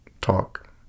talk